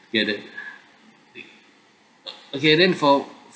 together okay then for